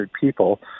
people